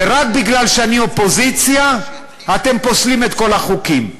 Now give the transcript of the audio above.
ורק משום שאני אופוזיציה אתם פוסלים את כל החוקים.